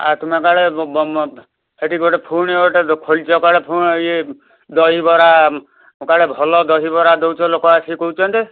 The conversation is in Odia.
ଆ ତୁମେ କାଳେ ସେଠି ଗୋଟେ ପୁଣି ଗୋଟେ ଖୋଲିଛ କୁଆଡ଼େ ପୁଣି ଇଏ ଦହିବରା କାଳେ ଭଲ ଦହିବରା ଦେଉଛ ଲୋକ ଆସିକି କହୁଛନ୍ତି